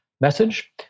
message